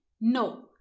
no